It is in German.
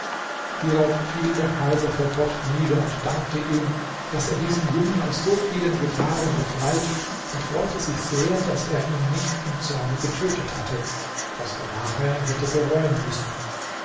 hierauf fiel der kaiser vor gott nieder und dankte ihm daß er diesen jungen aus so vielen gefahren befreit und freute sich sehr daß er ihn nicht im zorne getötet hatte was er nachher hätte bereuen müssen